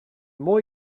more